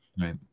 Right